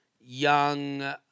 young